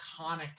iconic